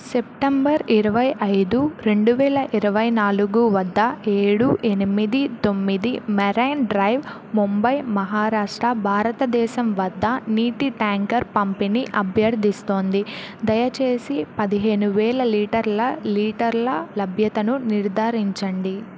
September ఇరవై ఐదు రెండువేల ఇరవై నాలుగు వద్ద ఏడు ఎనిమిది తొమ్మిది మెరైన్ డ్రైవ్ ముంబై మహారాష్ట్ర భారతదేశం వద్ద నీటి ట్యాంకర్ పంపిణీ అభ్యర్థిస్తోంది దయచేసి పదిహేను వేల లీటర్ల లీటర్ల లభ్యతను నిర్ధారించండి